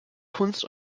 kunst